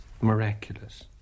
miraculous